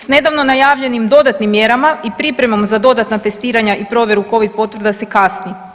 S nedavno najavljenim dodatnim mjerama i pripremom za dodatna testiranja i provjeru covid potvrda se kasni.